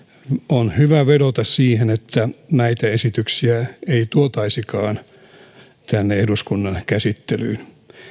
on hyvä vedota siihen että näitä esityksiä ei tuotaisikaan tänne eduskunnan käsittelyyn